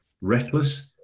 reckless